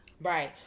Right